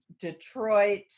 Detroit